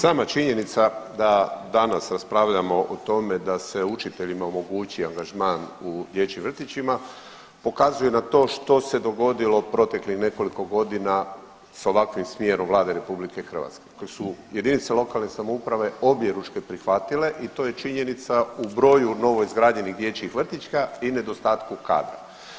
Sama činjenica da danas raspravljamo o tome da se učiteljima omogući angažman u dječjim vrtićima pokazuje na to što se dogodilo proteklih nekoliko godina s ovakvim smjerom Vlade RH koje su jedinice lokalne samouprave objeručke prihvatile i to je činjenica u broju novoizgrađenih dječjih vrtića i nedostatku kadra.